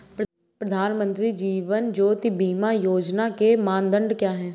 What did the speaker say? प्रधानमंत्री जीवन ज्योति बीमा योजना के मानदंड क्या हैं?